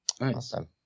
Awesome